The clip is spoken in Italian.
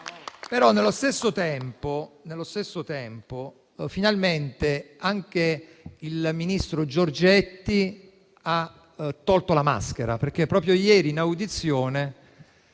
Allo stesso tempo, finalmente anche il ministro Giorgetti ha tolto la maschera, perché proprio ieri in audizione